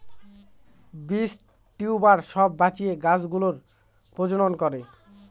বীজ, টিউবার সব বাঁচিয়ে গাছ গুলোর প্রজনন করে